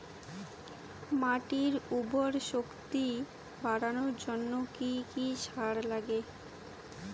মাটির উর্বর শক্তি বাড়ানোর জন্য কি কি সার লাগে?